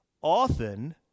Often